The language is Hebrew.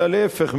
אלא להיפך,